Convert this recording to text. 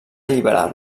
alliberar